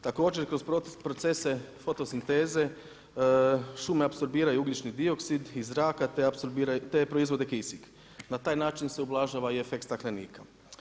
Također kroz procese fotosinteze šume apsorbiraju ugljični dioksid iz zraka te proizvode kisik, na taj način se ublažava i efekt staklenika.